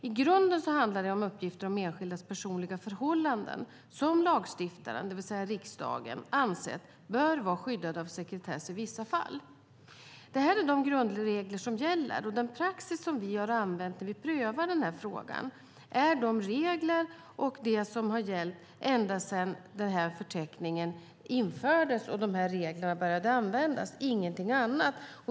I grunden handlar det om uppgifter om enskildas personliga förhållanden, som lagstiftaren, det vill säga riksdagen, ansett bör vara skyddade av sekretess i vissa fall. Det här är de grundregler som gäller. När vi prövar frågan använder vi gällande regler och den praxis som har utvecklats sedan förteckningen infördes - ingenting annat.